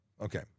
Okay